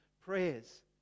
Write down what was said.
prayers